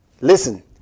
Listen